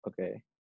Okay